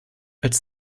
als